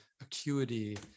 acuity